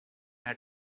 had